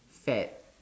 fad